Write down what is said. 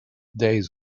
days